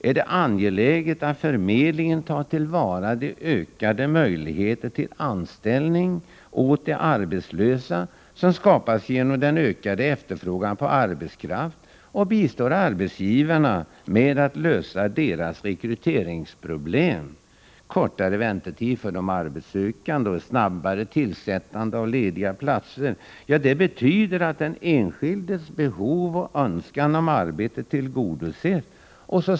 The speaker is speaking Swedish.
är det angeläget att förmedlingen tar till vara de ökade möjligheter till anställningar åt de arbetslösa som skapas genom den ökade efterfrågan på arbetskraft och bistår arbetsgivarna med att lösa deras rekryteringsproblem. Kortare väntetider för arbetssökande och ett snabbare tillsättande av lediga platser betyder att den enskildes behov och önskan om arbete tillgodoses.